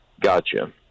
Gotcha